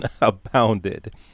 abounded